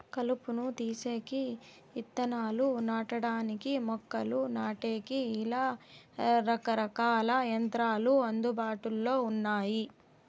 కలుపును తీసేకి, ఇత్తనాలు నాటడానికి, మొక్కలు నాటేకి, ఇలా రకరకాల యంత్రాలు అందుబాటులో ఉన్నాయి